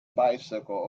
bicycle